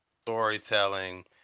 storytelling